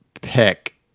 pick